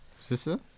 Sister